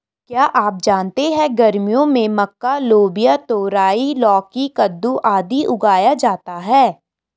क्या आप जानते है गर्मियों में मक्का, लोबिया, तरोई, लौकी, कद्दू, आदि उगाया जाता है?